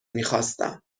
میخواستم